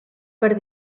per